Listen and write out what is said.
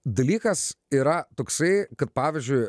dalykas yra toksai kad pavyzdžiui